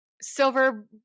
silver